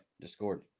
Discord